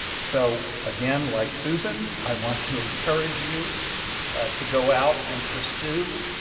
so, again, like susan, i want to encourage you to go out and pursue